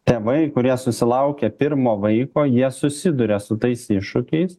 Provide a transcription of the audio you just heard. tėvai kurie susilaukia pirmo vaiko jie susiduria su tais iššūkiais